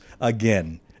again